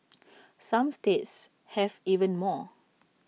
some states have even more